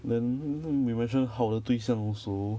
then we mention 好的对象 also